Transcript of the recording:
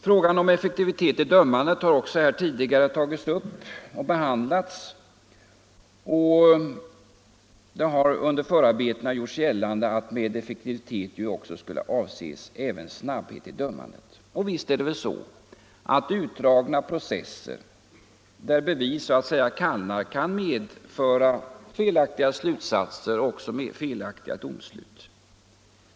Frågan om effektivitet i dömandet har också här tidigare tagits upp och behandlats. Under förarbetena har det gjorts gällande att effektiviteten också skulle avse snabbhet i dömandet. Visst är det väl så att utdragna processer, där bevis så att säga kallnar, kan medföra felaktiga slutsatser och även felaktiga domslut.